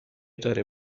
داره